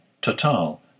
Total